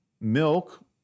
milk